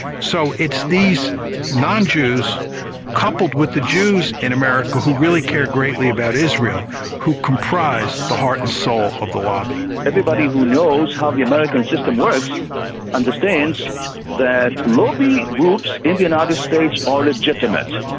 so it's these non-jews coupled with the jews in america who really care greatly about israel who comprise the heart and soul of the lobby. everybody who knows how the american system works understands that lobby groups in the united states are legitimate.